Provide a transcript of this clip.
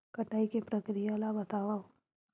कटाई के प्रक्रिया ला बतावव?